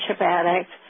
addict